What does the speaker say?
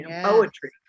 poetry